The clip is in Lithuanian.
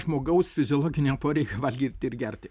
žmogaus fiziologinio poreikio valgyt ir gerti